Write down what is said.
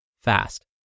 fast